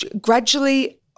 gradually